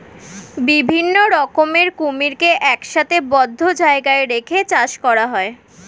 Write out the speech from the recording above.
বিভিন্ন রকমের কুমিরকে একসাথে বদ্ধ জায়গায় রেখে চাষ করা হয়